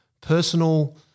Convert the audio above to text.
personal